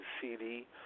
CD